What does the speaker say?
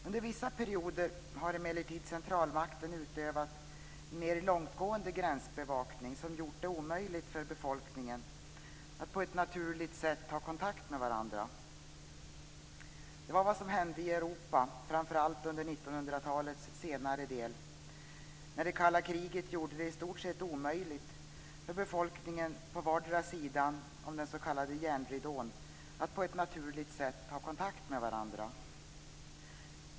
Under vissa perioder har emellertid centralmakten utövat mer långtgående gränsbevakning som gjort det omöjligt för befolkningen att på ett naturligt sätt ha kontakt med varandra. Det var vad som hände i Europa, framför allt under 1900-talets senare del, när det kalla kriget gjorde det i stort sett omöjligt för befolkningen på vardera sidan om den s.k. järnridån att på ett naturligt sätt ha kontakt med varandra.